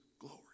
glory